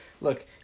Look